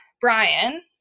Brian